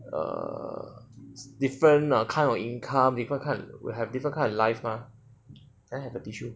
err different kind of income different kind of have different kind of life mah that's the issue